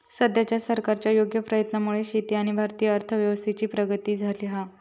सद्याच्या सरकारच्या योग्य प्रयत्नांमुळे शेती आणि भारतीय अर्थव्यवस्थेची प्रगती झाली हा